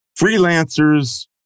freelancers